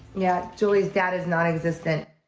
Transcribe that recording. yeah, julie's dad is non-existent.